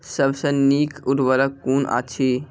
सबसे नीक उर्वरक कून अछि?